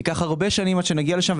ייקחו הרבה שנים עד שנגיע לשם,